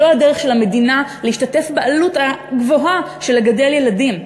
לא הדרך של המדינה להשתתף בעלות הגבוהה של גידול ילדים.